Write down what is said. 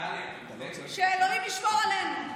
שאלוהים ישמור עלינו.